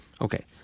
Okay